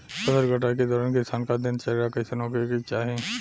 फसल कटाई के दौरान किसान क दिनचर्या कईसन होखे के चाही?